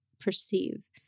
perceive